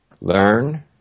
Learn